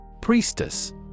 Priestess